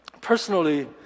personally